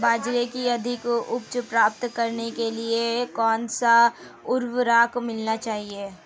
बाजरे की अधिक उपज प्राप्त करने के लिए कौनसा उर्वरक मिलाना चाहिए?